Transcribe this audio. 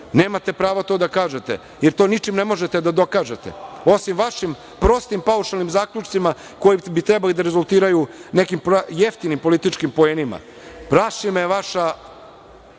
Nemate pravo to da kažete, jer to ničim ne možete da dokažete, osim vašim prostim paušalnim zaključcima koji bi trebalo da rezultiraju nekim jeftinim političkim poenima. Plaši me vaša